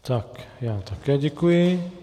Tak já také děkuji.